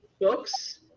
books